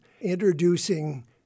introducing